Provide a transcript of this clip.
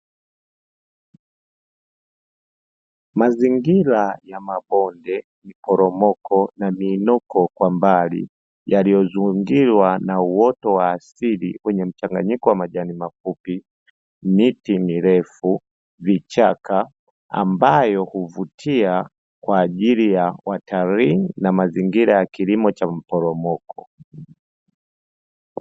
Mazingira ya mabonde, miporomoko na miinuko kwa mbali yaliyozingirwa na uoto wa asili kwenye mchanganyiko wa majani mafupi, miti mirefu, vichaka ambayo huvutia kwa ajili ya watalii na mazingira ya kilimo cha maporomoko.